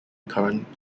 current